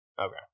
Okay